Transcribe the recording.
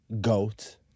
goat